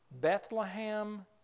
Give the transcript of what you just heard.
Bethlehem